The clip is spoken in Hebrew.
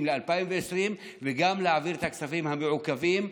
ל-2020 וגם להעביר את הכספים המעוכבים,